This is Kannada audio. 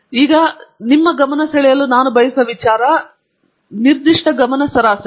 ನಾನು ನಿಮ್ಮ ಗಮನ ಸೆಳೆಯಲು ಬಯಸುವ ನಿರ್ದಿಷ್ಟ ಗಮನ ಸರಾಸರಿ